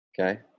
Okay